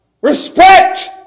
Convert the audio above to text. respect